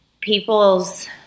people's